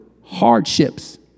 hardships